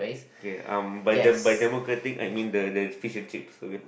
okay um by the by democratic I mean the there's fish and chips